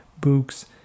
books